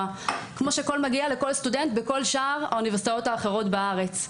כמו שמגיע לכל סטודנט בכל שאר האוניברסיטאות בארץ.